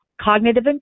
cognitive